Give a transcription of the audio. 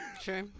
Sure